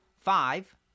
five